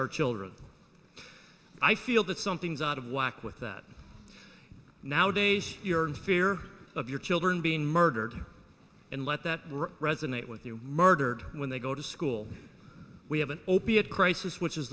our children i feel that something's out of whack with that nowadays you're in fear of your children being murdered and let that resonate with you murdered when they go to school we have an opiate crisis which is